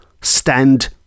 stand